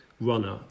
runner